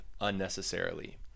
unnecessarily